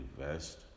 invest